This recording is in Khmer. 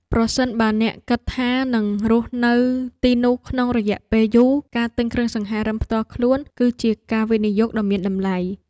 ប្រសិនបើអ្នកគិតថានឹងរស់នៅទីនោះក្នុងរយៈពេលយូរការទិញគ្រឿងសង្ហារិមផ្ទាល់ខ្លួនគឺជាការវិនិយោគដ៏មានតម្លៃ។